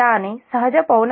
దాని సహజ పౌన